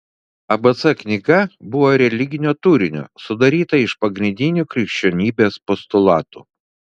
abc knyga buvo religinio turinio sudaryta iš pagrindinių krikščionybės postulatų